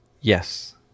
Yes